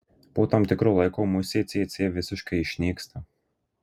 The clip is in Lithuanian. po tam tikro laiko musė cėcė visiškai išnyksta